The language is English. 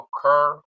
occur